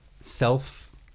self